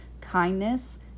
kindness